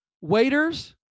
Waiters